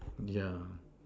yeah